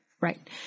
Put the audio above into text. right